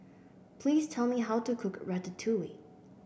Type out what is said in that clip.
please tell me how to cook Ratatouille